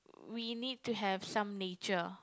we need to have some nature